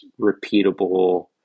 repeatable